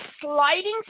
sliding